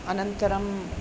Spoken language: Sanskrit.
अनन्तरम्